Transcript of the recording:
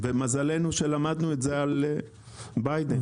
ומזלנו שלמדנו את זה על ביידן.